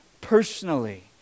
personally